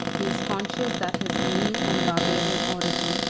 he was conscious that his mean and barbarian origin,